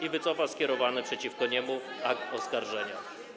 i wycofa skierowany przeciwko niemu akt oskarżenia.